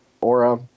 aura